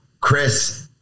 Chris